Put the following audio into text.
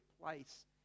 place